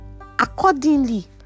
accordingly